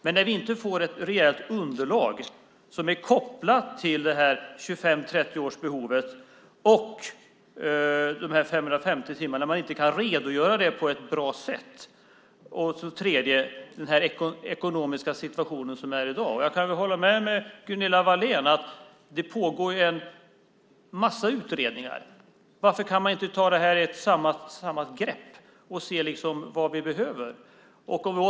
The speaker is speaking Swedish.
Men vi får inte ett rejält underlag som är kopplat till ett behov på 25-30 år och 550 timmar. Man kan inte redogöra för det på ett bra sätt. Det gäller också den ekonomiska situation vi har i dag. Jag kan hålla med Gunilla Wahlén om att det ju pågår en massa utredningar, så varför kan man inte ta det här i ett samlat grepp och se vad vi behöver.